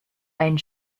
einen